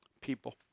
people